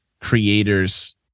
creators